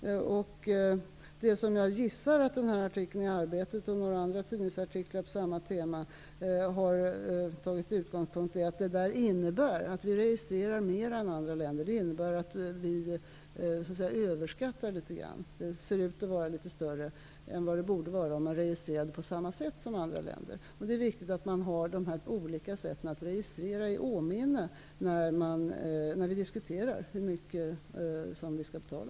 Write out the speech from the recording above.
Jag antar att man i den här artikeln i Arbetet, och i några andra tidningsartiklar med samma tema, har som utgångspunkt att det innebär en överskattning genom att vi registrerar mer än andra länder. BNP ser alltså ut att vara litet högre än det borde vara om registreringen gjordes på samma sätt som i andra länder. Det är viktigt att man har de här olika sätten att registrera på i åminne, när man diskuterar hur mycket Sverige skall betala.